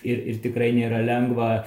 ir ir tikrai nėra lengva